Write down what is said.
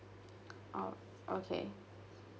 oh okay